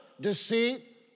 deceit